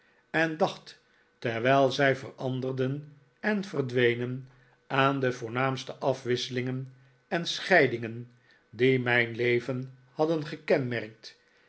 en dacht terwijl zij veranderden en verdwenen aan de voornaamste afwisselingen en scheidingen die mijn leven hadden gekenmerkt